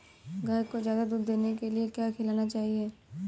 गाय को ज्यादा दूध देने के लिए क्या खिलाना चाहिए?